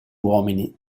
uomini